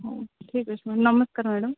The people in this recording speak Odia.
ହଉ ଠିକ୍ ଅଛି ନମସ୍କାର ମ୍ୟାଡ଼ାମ୍